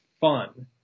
fun